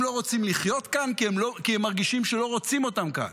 הם לא רוצים לחיות כאן כי הם מרגישים שלא רוצים אותם כאן.